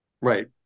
Right